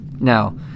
Now